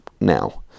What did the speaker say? now